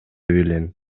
билем